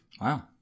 Wow